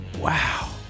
Wow